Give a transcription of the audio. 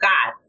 God